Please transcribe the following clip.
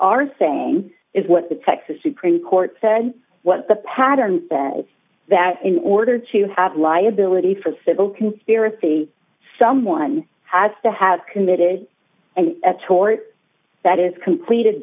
are saying is what the texas supreme court said what the patterns say that in order to have liability for civil conspiracy someone has to have committed and a tort that is completed